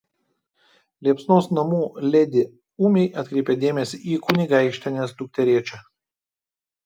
liepsnos namų ledi ūmiai atkreipia dėmesį į kunigaikštienės dukterėčią